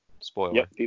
Spoiler